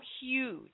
huge